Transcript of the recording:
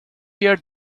year